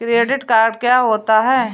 Credit card क्या होता है?